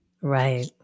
Right